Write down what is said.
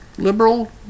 liberal